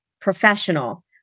professional